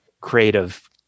creative